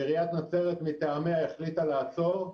עיריית נצרת מטעמיה החליטה לעצור.